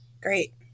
Great